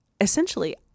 essentially